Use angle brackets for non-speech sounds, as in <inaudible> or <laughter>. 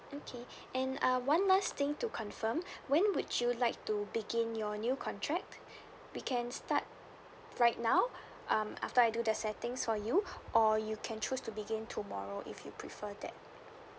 okay and uh one last thing to confirm <breath> when would you like to begin your new contract we can start right now um after I do the settings for you or you can choose to begin tomorrow if you prefer that